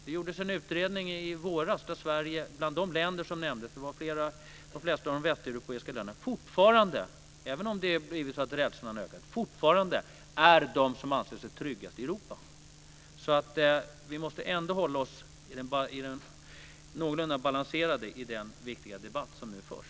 Det gjordes en utredning i våras som gällde de flesta västeuropeiska länderna där svenskarna fortfarande, även om det har blivit så att rädslan ökat, är de som anser sig vara tryggast i Europa. Vi måste ändå hålla oss någorlunda balanserade i den viktiga debatt som nu förs.